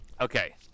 okay